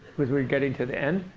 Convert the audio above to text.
because we're getting to the end.